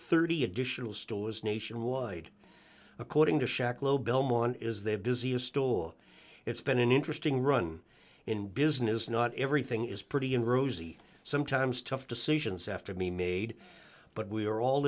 thirty additional stores nationwide according to shaq low belmont is the busiest toll it's been an interesting run in business not everything is pretty and rosy sometimes tough decisions after me made but we are all